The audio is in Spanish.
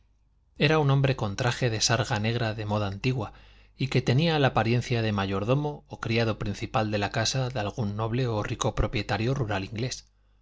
era un hombre con traje de sarga negra de moda antigua y que tenía la apariencia de mayordomo o criado principal de la casa de algún noble o rico propietario rural inglés